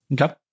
Okay